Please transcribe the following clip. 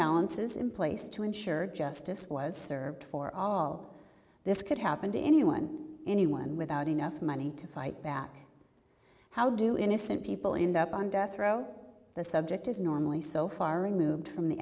balances in place to ensure justice was served for all this could happen to anyone anyone without enough money to fight back how do innocent people end up on death row the subject is normally so far removed from the